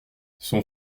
son